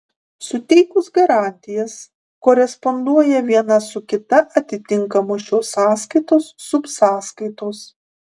suteikus garantijas koresponduoja viena su kita atitinkamos šios sąskaitos subsąskaitos